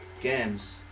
games